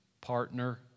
partner